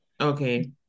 okay